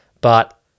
But-